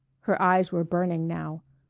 her eyes were burning now.